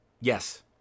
Yes